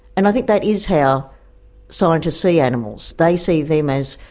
and i think that is how scientists see animals, they see them as,